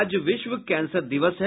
आज विश्व कैंसर दिवस है